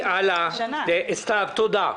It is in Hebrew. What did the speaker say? סתיו, תודה.